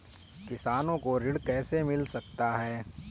किसानों को ऋण कैसे मिल सकता है?